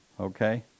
okay